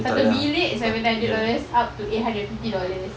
satu bilik seven hundred dollars up to eight hundred fifty dollars